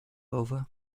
over